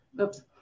oops